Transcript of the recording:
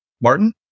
Martin